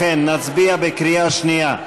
לכן, נצביע בקריאה שנייה,